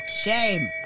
Shame